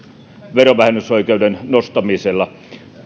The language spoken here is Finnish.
verovähennysoikeuden nostamisella